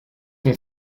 ton